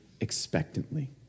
expectantly